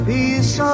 Peace